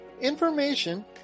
information